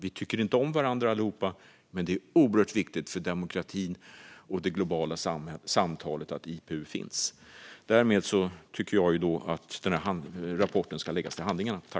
Vi tycker inte om varandra allihop, men det är oerhört viktigt för demokratin och det globala samtalet att IPU finns. Därmed yrkar jag bifall till förslaget att lägga rapporten till handlingarna.